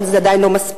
אבל זה עדיין לא מספיק.